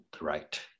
right